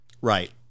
Right